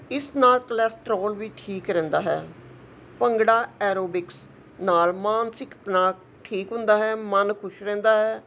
ਇਸ ਨਾਲ ਕਲੈਸਟ੍ਰੋਲ ਵੀ ਠੀਕ ਰਹਿੰਦਾ ਹੈ ਭੰਗੜਾ ਐਰੋਬਿਕਸ ਨਾਲ ਮਾਨਸਿਕ ਤਣਾਅ ਠੀਕ ਹੁੰਦਾ ਹੈ ਮਨ ਖੁਸ਼ ਰਹਿੰਦਾ ਹੈ